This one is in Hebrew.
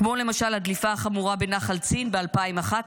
כמו למשל הדליפה החמורה בנחל צין ב-2011,